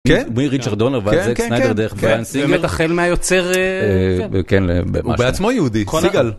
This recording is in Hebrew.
כן, - מריצ'רד דונר ועד זאק סניידר דרך בריאן סינגר. -באמת החל מהיוצר... כן... -הוא בעצמו יהודי, סיגל.